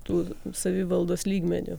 tų savivaldos lygmeniu